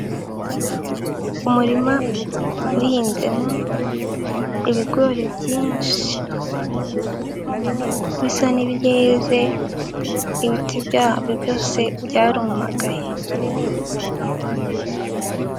Umurima uhinzemo ibigori byinshi bisa n'ibyeze, ibiti byabyo byose byarumagaye.